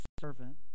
servant